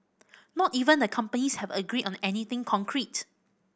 not even the companies have agreed on anything concrete